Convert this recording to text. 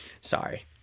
sorry